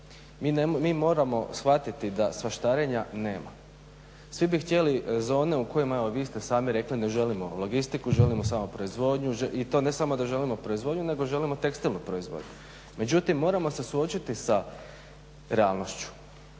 Mi moramo shvatiti da svaštarenja nema. Svi bi htjeli zone u kojima, evo vi ste i sami rekli, ne želimo logistiku, želimo samo proizvodnju i to ne samo da želimo proizvodnju, nego želimo tekstilnu proizvodnju. Međutim moramo se suočiti sa realnošću